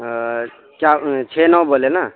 چا چھ نو بولے نا